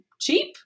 cheap